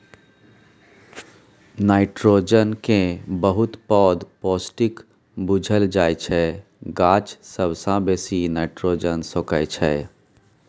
nitrogen केँ बहुत पैघ पौष्टिक बुझल जाइ छै गाछ सबसँ बेसी नाइट्रोजन सोखय छै